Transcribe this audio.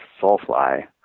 Soulfly